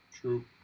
True